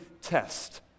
test